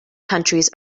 countries